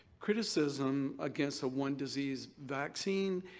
criticism against the one disease vaccine,